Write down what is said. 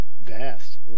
Vast